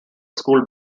school